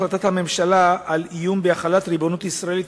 החלטת הממשלה על איום בהחלת ריבונות ישראלית